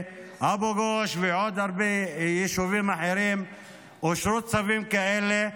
אבו גוש ובעוד הרבה יישובים אחרים אושרו צווים כאלה.